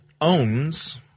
owns